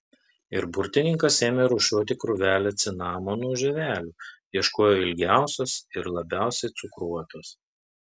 ir burtininkas ėmė rūšiuoti krūvelę cinamonų žievelių ieškojo ilgiausios ir labiausiai cukruotos